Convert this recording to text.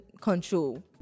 control